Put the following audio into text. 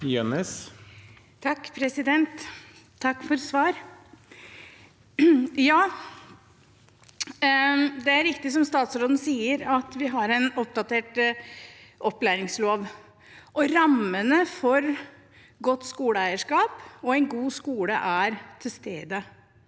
(H) Takk for svar. Ja, det er riktig som statsråden sier, at vi har en oppdatert opplæringslov. Rammene for godt skoleeierskap og en god skole er til stede.